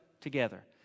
together